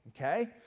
okay